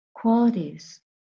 qualities